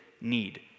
need